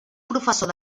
professor